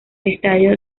estadio